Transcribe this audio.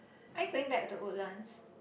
are you going back to Woodlands